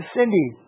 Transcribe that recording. Cindy